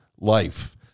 life